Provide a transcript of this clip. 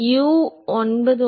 U 0